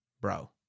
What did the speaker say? Bro